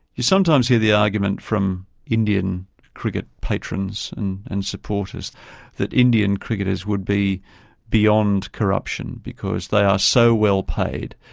you sometimes hear the argument from indian cricket patrons and supporters that indian cricketers would be beyond corruption because they are so well-paid